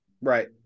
right